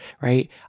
right